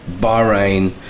Bahrain